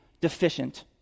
deficient